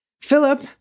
Philip